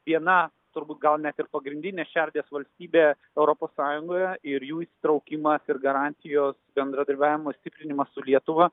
viena turbūt gal net ir pagrindinė šerdies valstybė europos sąjungoje ir jų įsitraukimas ir garantijos bendradarbiavimo stiprinimas su lietuva